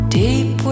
deep